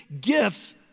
gifts